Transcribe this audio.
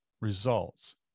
results